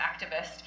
activist